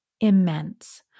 Immense